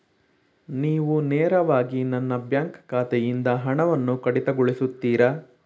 ನೀವು ನೇರವಾಗಿ ನನ್ನ ಬ್ಯಾಂಕ್ ಖಾತೆಯಿಂದ ಹಣವನ್ನು ಕಡಿತಗೊಳಿಸುತ್ತೀರಾ?